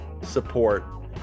support